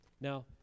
Now